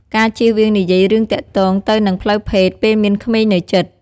ការជៀសវាងនិយាយរឿងទាក់ទងទៅនឹងផ្លូវភេទ ពេលមានក្មេងនៅជិត។